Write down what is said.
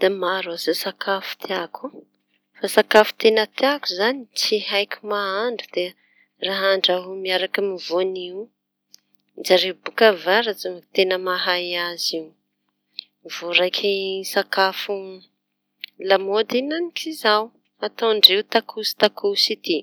Da maro aza sakafo tiako, fa sakafo teña tiako izañy tsy haiko mahandro raha andrahoa miaraky voanio zaireo boaka avaratsy moa teña mahay azy io. Vô raiky sakafo lamôdy enan'k'izao ataon-dreo takôsy takôsy ity.